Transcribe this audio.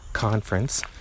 conference